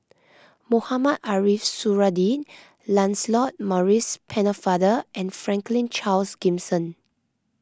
Mohamed Ariff Suradi Lancelot Maurice Pennefather and Franklin Charles Gimson